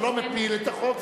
זה לא מפיל את החוק,